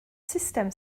sustem